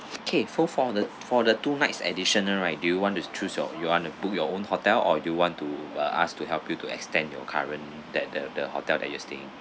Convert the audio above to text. okay for for the for the two nights additional right do you want to choose your you want to book your own hotel or you want to uh ask to help you to extend your current the the the hotel that you are staying